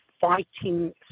fighting